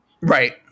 Right